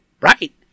Right